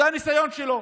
זה הניסיון שלו.